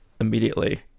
immediately